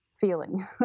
feeling